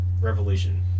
revolution